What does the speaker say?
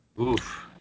Oof